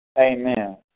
Amen